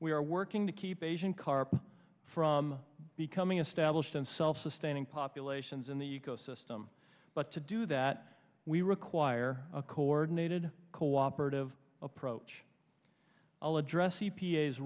we are working to keep asian carp from becoming established and self sustaining populations in the ecosystem but to do that we require a coordinated cooperative approach i'll address